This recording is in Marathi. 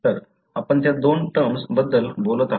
तर आपण त्या दोन टर्म्स बद्दल बोलत आहोत